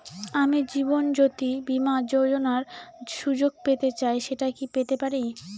আমি জীবনয্যোতি বীমা যোযোনার সুযোগ পেতে চাই সেটা কি পেতে পারি?